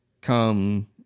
come